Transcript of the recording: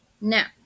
Now